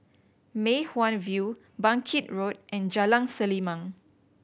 Mei Hwan View Bangkit Road and Jalan Selimang